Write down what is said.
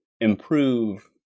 improve